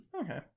Okay